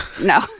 no